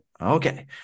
Okay